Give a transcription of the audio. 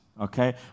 Okay